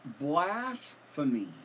blasphemy